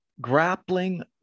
grappling